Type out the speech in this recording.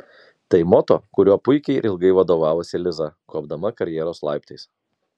tai moto kuriuo puikiai ir ilgai vadovavosi liza kopdama karjeros laiptais